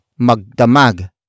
magdamag